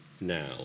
now